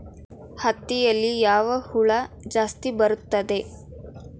ಹತ್ತಿಯಲ್ಲಿ ಯಾವ ಹುಳ ಜಾಸ್ತಿ ಬರುತ್ತದೆ?